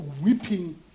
weeping